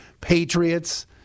Patriots